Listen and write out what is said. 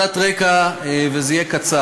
קצת רקע, וזה יהיה קצר,